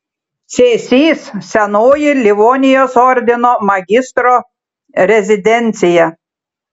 cėsys senoji livonijos ordino magistro rezidencija